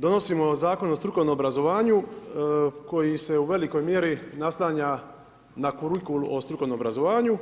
Donosimo Zakon o strukovnom obrazovanju koji se u velikoj mjeri naslanja na kurikulum o strukovnom obrazovanju,